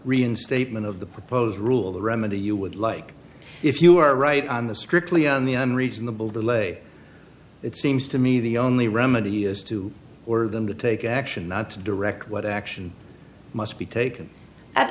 reinstatement of the proposed rule the remedy you would like if you are right on the strictly on the unreasonable delay it seems to me the only remedy is to order them to take action not to direct what action must be taken at